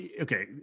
okay